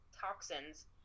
toxins